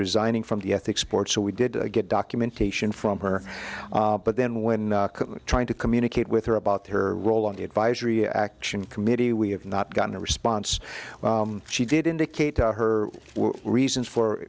resigning from the ethics sport so we did get documentation from her but then when trying to communicate with her about her role on the advisory action committee we have not gotten a response she did indicate to her reasons for